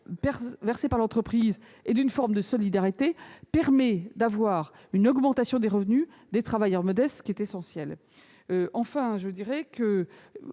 versé par l'entreprise et d'une forme de solidarité permet l'augmentation des revenus des travailleurs modestes, ce qui est essentiel. La prime